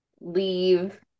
leave